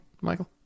Michael